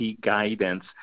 guidance